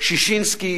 ששינסקי